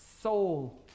soul